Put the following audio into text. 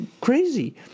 crazy